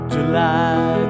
July